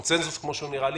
הקונצנזוס כמו שהוא נראה לי,